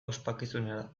ospakizunera